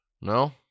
No